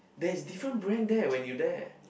there's different brand there when you there